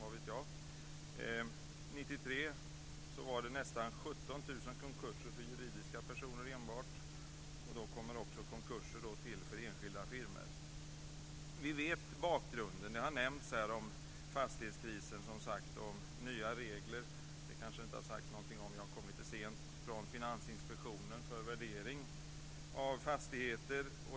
1993 var det nästan 17 000 konkurser för juridiska personer enbart. Då kommer det också till konkurser för enskilda firmor. Vi vet vilken bakgrunden är. Det har nämnts om fastighetskrisen och nya regler från Finansinspektionen för värdering av fastigheter.